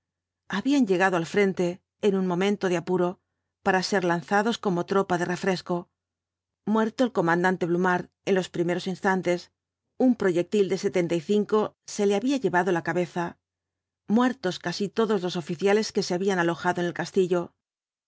habían llegado al frente en un momento de apuro para ser lanzados como tropa de refresco muerto el comandante blumhardt en los primeros instantes un proyectil de se le había llevado la cabe za muertos casi todos los oficiales que se habían alojado en el castillo